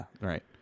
right